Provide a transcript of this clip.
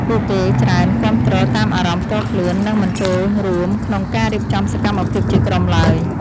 ពួកគេច្រើនគាំទ្រតាមអារម្មណ៍ផ្ទាល់ខ្លួន និងមិនចូលរួមក្នុងការរៀបចំសកម្មភាពជាក្រុមឡើយ។